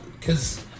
cause